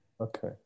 Okay